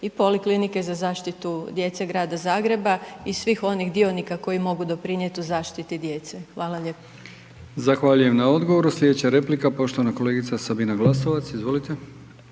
i Poliklinike za zaštitu djece Grada Zagreba i svih onih dionika koji mogu doprinijet u zaštiti djece. Hvala lijepa. **Brkić, Milijan (HDZ)** Zahvaljujem na odgovoru. Slijedeća replika poštovana kolegica Sabina Glasovac, izvolite.